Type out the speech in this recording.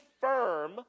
firm